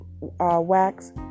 wax